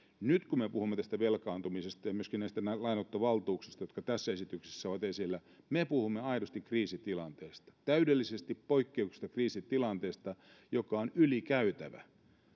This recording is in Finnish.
nyt kun me puhumme tästä velkaantumisesta ja myöskin näistä lainanottovaltuuksista jotka tässä esityksessä ovat esillä me puhumme aidosti kriisitilanteesta täydellisesti poikkeuksellisesta kriisitilanteesta joka on yli käytävä